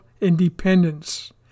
independence